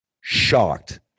Shocked